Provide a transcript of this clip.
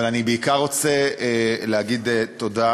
אבל אני בעיקר רוצה להגיד תודה,